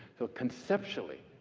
so conceptually,